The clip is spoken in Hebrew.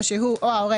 או שהוא או ההורה,